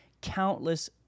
countless